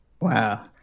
Wow